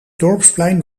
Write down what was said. dorpsplein